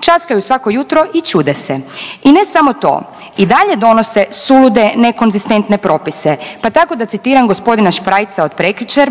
Časkaju svako jutro i čude se. I ne samo to, i dalje donose sulude nekonzistentne propise, pa tako da citiram gospodina Šprajca od prekjučer,